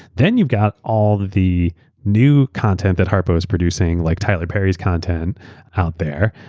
then, you got all the new content that harpo's producing like tyler perry's content out there.